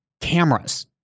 cameras